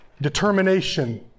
determination